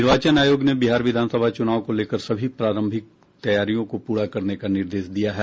निर्वाचन आयोग ने बिहार विधानसभा चुनाव को लेकर सभी प्रारंभिक तैयारियों को पूरा करने का निर्देश दिया है